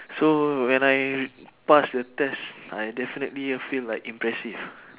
so when I pass the test I definitely feel like impressive